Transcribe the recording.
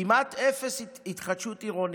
כמעט אפס התחדשות עירונית.